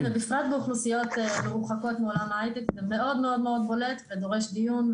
ובפרט באוכלוסיות מרוחקות מעולם ההייטק זה מאוד מאוד בולט ודורש דיון.